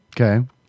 Okay